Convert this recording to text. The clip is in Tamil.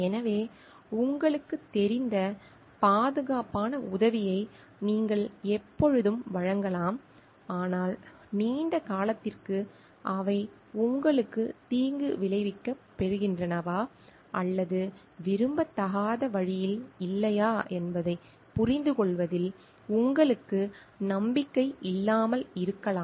எனவே உங்களுக்குத் தெரிந்த பாதுகாப்பான உதவியை நீங்கள் எப்பொழுதும் வழங்கலாம் ஆனால் நீண்ட காலத்திற்கு அவை உங்களுக்குத் தீங்கு விளைவிக்கப் போகின்றனவா அல்லது விரும்பத்தகாத வழியில் இல்லையா என்பதைப் புரிந்துகொள்வதில் உங்களுக்கு நம்பிக்கை இல்லாமல் இருக்கலாம்